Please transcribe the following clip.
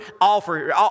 offer